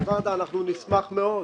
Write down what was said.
גברת ורדה, אנחנו נשמח מאוד.